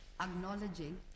acknowledging